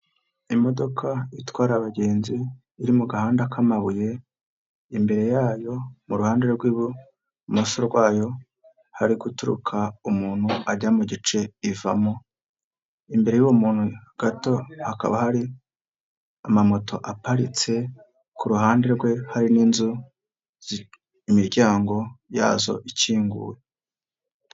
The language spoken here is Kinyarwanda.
Imodoka itwara abagenzi iri mu gahanda k'amabuye, imbere yayo mu ruhande rw'ibumoso rwayo, hari guturuka umuntu ajya mu gice ivamo. Imbere y'uwo muntu gato hakaba hari amamoto aparitse. Ku ruhande rwe hari n'inzu imiryango yazo ikinguye.